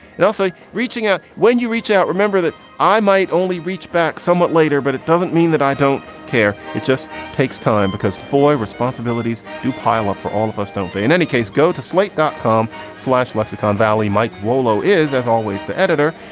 also reaching out when you reach out, remember that i might only reach back somewhat later, but it doesn't mean that i don't care. it just takes time because boy, responsibilities do pile up for all of us, don't they? in any case, go to slate dot com slash lexicon valley. mike warlow is, as always, the editor.